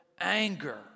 anger